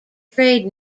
trade